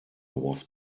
was